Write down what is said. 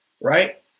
right